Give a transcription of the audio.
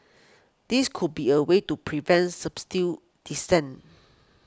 this could be a way to prevent dissent